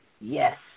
yes